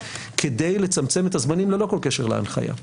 כדי לצמצם את הזמנים ללא כל קשר להנחיה.